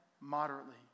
moderately